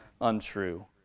untrue